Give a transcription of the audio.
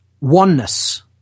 oneness